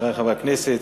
חברי חברי הכנסת,